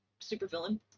supervillain